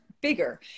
bigger